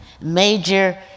major